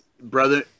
Brother